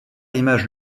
image